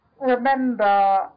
remember